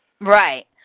Right